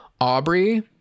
Aubrey